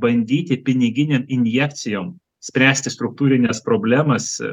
bandyti piniginėm injekcijom spręsti struktūrines problemas